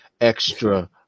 extra